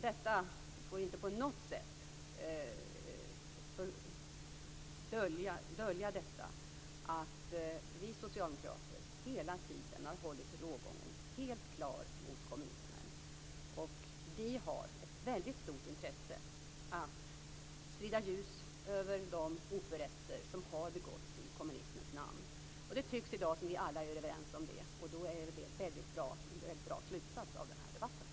Detta får inte på något sätta dölja att vi socialdemokrater hela tiden har hållit rågången helt klar mot kommunismen. Vi har ett väldigt stort intresse av att sprida ljus över de oförrätter som har begåtts i kommunismens namn. Vi tycks alla vara överens om det i dag. Det är väl en väldigt bra slutsats av den här debatten.